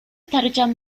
ޑޮކްޓަރ